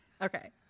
Okay